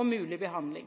og mulig behandling.